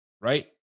Right